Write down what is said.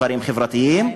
דברים חברתיים,